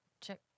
check